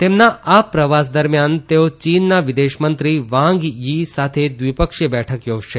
તેમના આ પ્રવાસ દરમિયાન તેઓ યીનના વિદેશમંત્રી વાંગ થી સાથે દ્વિપક્ષી બેઠક યોજશે